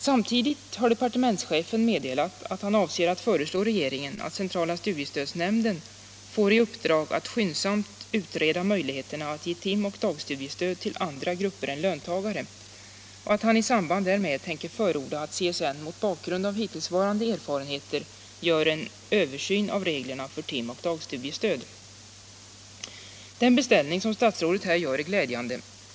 Samtidigt har departementschefen meddelat att han avser föreslå regeringen att CSN får i uppdrag att skyndsamt utreda möjligheterna att ge tim och dagstudiestöd till andra grupper än löntagare och att han i samband därmed tänker förorda att CSN, mot bakgrund av hitttillsvarande erfarenheter, gör en översyn av reglerna för tim och dagstudiestöd. Den beställning som statsrådet avser göra är glädjande.